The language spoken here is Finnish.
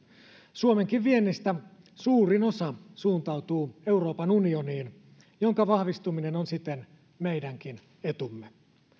suomenkin viennistä suurin osa suuntautuu euroopan unioniin jonka vahvistuminen on siten meidänkin etumme